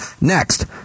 Next